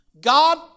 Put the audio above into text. God